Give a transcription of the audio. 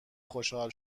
خوشحال